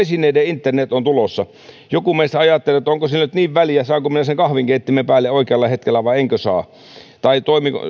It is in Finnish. esineiden internet on tulossa joku meistä ajattelee että onko sillä nyt niin väliä saanko minä sen kahvinkeittimen päälle oikealla hetkellä vai enkö saa tai